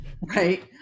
right